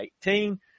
18